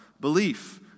belief